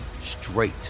straight